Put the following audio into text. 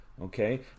Okay